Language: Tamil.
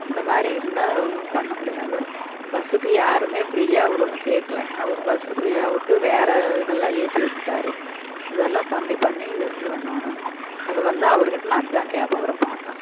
இந்த மாதிரி இருந்தா அது ஒன்றும் பண்ண முடியாது பஸ்ஸுக்கு யாருமே ஃப்ரீயாக விடுனு கேட்கல அவர் பஸ்ஸு ஃப்ரீயாக விட்டு வேறு இதெல்லாம் ஏற்றி விட்டாரு அதெல்லாம் கம்மி பண்ணி இது பண்ணணும் அது வந்து அவர்கிட்ட நான் அதான் கேட்பேன் அவரை பார்த்தா